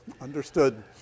Understood